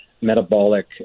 metabolic